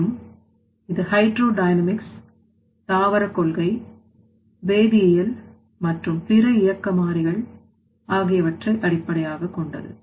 மேலும் இது hydro dynamics தாவர கொள்கை வேதியியல் மற்றும் பிற இயக்க மாறிகள் ஆகியவற்றை அடிப்படையாகக் கொண்டது